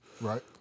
Right